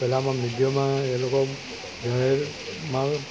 પેલામાં મીડિયામાં એ લોકો જાહેરમાં